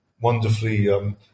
wonderfully –